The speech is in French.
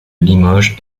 limoges